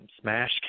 smash